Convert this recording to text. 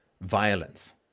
violence